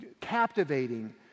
captivating